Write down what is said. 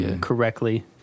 correctly